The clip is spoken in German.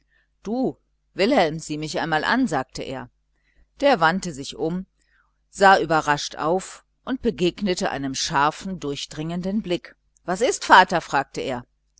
du wilhelm sieh mich einmal an sagte er der wandte sich sah überrascht auf und begegnete einem scharfen durchdringenden blick was ist's vater fragte er